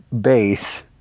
base